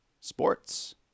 Sports